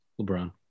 LeBron